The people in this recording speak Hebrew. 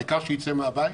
העיקר שייצא מהבית,